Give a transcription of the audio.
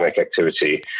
activity